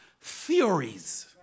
theories